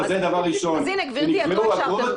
הנה, גברתי, לא אישרתם.